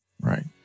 Right